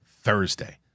Thursday